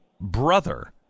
brother